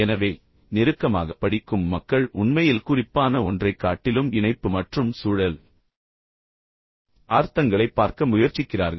எனவே நெருக்கமாக படிக்கும் மக்கள் உண்மையில் குறிப்பான ஒன்றைக் காட்டிலும் இணைப்பு மற்றும் சூழல் அர்த்தங்களைப் பார்க்க முயற்சிக்கிறார்கள்